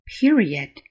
Period